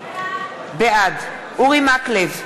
בעד אורי מקלב,